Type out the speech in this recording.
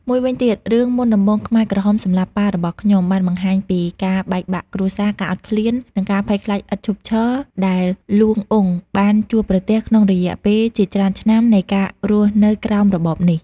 មួយវិញទៀតរឿង មុនដំបូងខ្មែរក្រហមសម្លាប់ប៉ារបស់ខ្ញុំ បានបង្ហាញពីការបែកបាក់គ្រួសារ ការអត់ឃ្លាន និងការភ័យខ្លាចឥតឈប់ឈរដែល លួង អ៊ុង បានជួបប្រទះក្នុងរយៈពេលជាច្រើនឆ្នាំនៃការរស់នៅក្រោមរបបនេះ។